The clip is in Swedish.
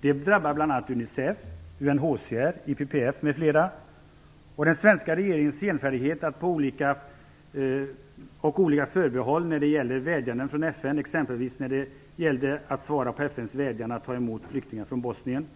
Det drabbar bl.a. Unicef, UNHCR och IPPF. Den svenska regeringens senfärdighet och olika förbehåll beträffande vädjanden från FN, exempelvis när det gällde att svara på FN:s vädjan att ta emot flyktingar från Bosnien,